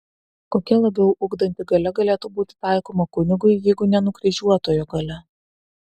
kokia labiau ugdanti galia galėtų būti taikoma kunigui jeigu ne nukryžiuotojo galia